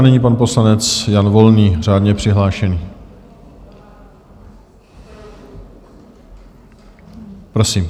Nyní pan poslanec Jan Volný, řádně přihlášený, prosím.